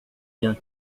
vient